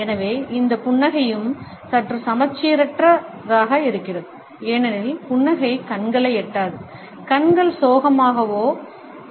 எனவே இந்த புன்னகையும் சற்று சமச்சீரற்றதாக இருக்கிறது ஏனெனில் புன்னகை கண்களை எட்டாது கண்கள் சோகமாகவே இருக்கின்றன